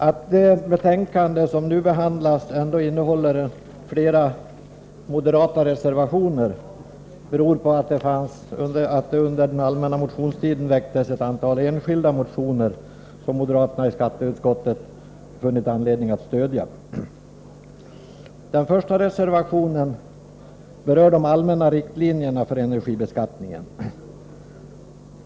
Att det betänkande som nu behandlas ändå innehåller flera moderata reservationer beror på att det under den allmänna motionstiden väcktes ett antal enskilda motioner, som moderaterna i skatteutskottet har funnit anledning att stödja. Den första reservationen berör de allmänna riktlinjerna för energibeskattningen.